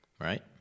Right